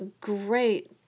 great